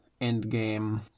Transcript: endgame